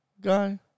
guy